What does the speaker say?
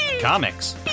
comics